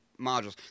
modules